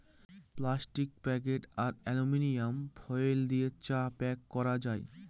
plastic packet আর aluminium foil দিয়ে চা প্যাক করা যায়